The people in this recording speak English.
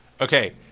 Okay